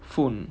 phone